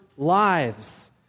lives